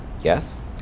Yes